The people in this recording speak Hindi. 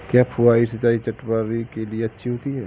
क्या फुहारी सिंचाई चटवटरी के लिए अच्छी होती है?